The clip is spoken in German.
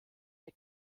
der